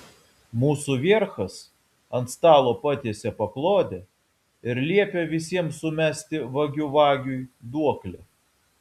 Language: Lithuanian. mūsų vierchas ant stalo patiesė paklodę ir liepė visiems sumesti vagių vagiui duoklę